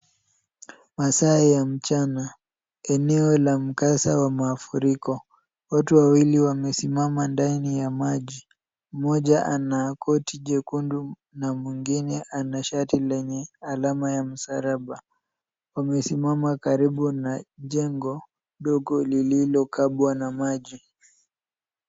Masaa ya mchana eneo la mkasa wa mafuriko. Watu wawili wamesimama ndani ya maji, mmoja ana koti jekundu na mwingine anashati lenye alama ya msalaba . Wamesimama karibu na jengo ndogo liilokabwa na maji.